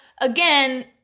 again